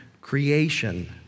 creation